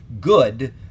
good